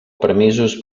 permisos